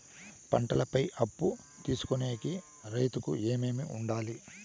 పంటల పై అప్పు తీసుకొనేకి రైతుకు ఏమేమి వుండాలి?